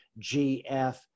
GF